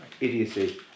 idiocy